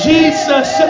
Jesus